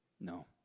No